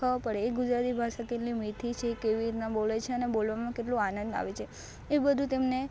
ખબર પડે ગુજરાતી ભાષા કેટલી મીઠી છે કેવી રીતના બોલે છે અને બોલવામાં કેટલો આનંદ આવે છે એ બધું તેમને